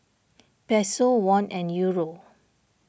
Peso Won and Euro